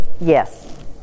yes